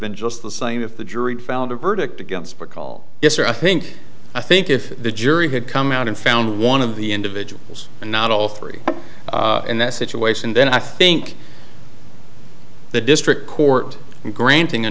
been just the same if the jury found a verdict against recall yes or i think i think if the jury had come out and found one of the individuals and not all three in that situation then i think the district court granting a